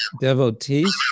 devotees